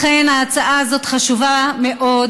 לכן, ההצעה הזאת חשובה מאוד,